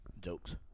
Jokes